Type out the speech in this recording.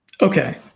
Okay